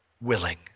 willing